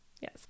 Yes